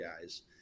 guys